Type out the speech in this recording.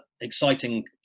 exciting